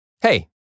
Hey